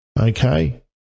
Okay